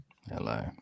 Hello